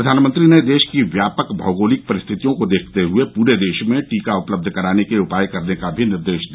प्रधानमंत्री ने देश की व्यापक भौगोलिक परिस्थितियों को देखते हए पूरे देश में टीका उपलब्ध कराने के उपाय करने का भी निर्देश दिया